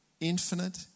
infinite